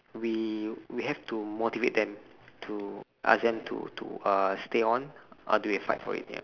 we we have to moderate them to ask them to to uh stay on how do we fight for it ya